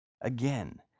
Again